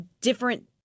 different